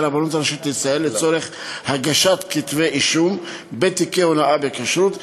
הרבנות הראשית לישראל לצורך הגשת כתבי אישום בתיקי הונאה בכשרות.